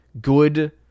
good